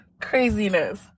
Craziness